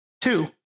two